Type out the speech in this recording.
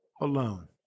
alone